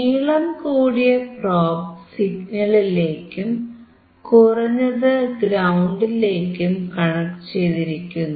നീളം കൂടിയ പ്രോബ് സിഗ്നലിലേക്കും കുറഞ്ഞത് ഗ്രൌണ്ടിലേക്കും കണക്ട് ചെയ്തിരിക്കുന്നു